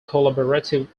collaborative